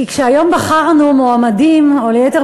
כי כשהיום בחרנו מועמדים, או ליתר